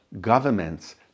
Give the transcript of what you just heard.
governments